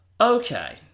Okay